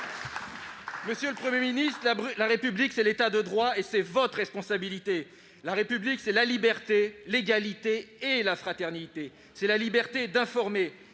Monsieur le Premier ministre, la République, c'est l'État de droit, et c'est votre responsabilité ! La République, c'est la liberté, l'égalité et la fraternité. C'est la liberté d'informer.